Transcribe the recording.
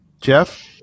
Jeff